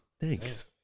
Thanks